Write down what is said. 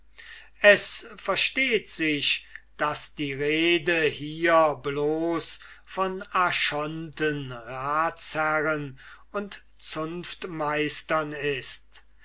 es versteht sich daß die rede hier bloß von archonten ratsherren und zunftmeistern ist